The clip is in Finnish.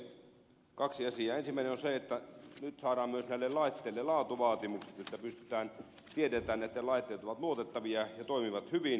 ensimmäinen on se että nyt saadaan näille laitteille myös laatuvaatimukset jolloin tiedetään että laitteet ovat luotettavia ja toimivat hyvin